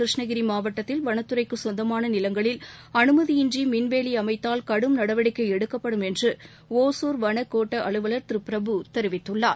கிருஷ்ணகிரிமாவட்டத்தில் வனத்துறைக்குசொந்தமானநிலங்களில் அனுமதியின்றிமின்வேலிஅமைத்தால் கடும் நடவடிக்கைஎடுக்கப்படும் என்றுஞர் வன கோட்டஅலுவலர் திருபிரபு தெரிவித்துள்ளார்